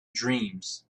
dreams